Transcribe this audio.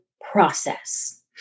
process